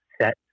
set